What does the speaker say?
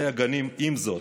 ועם זאת,